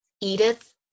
Edith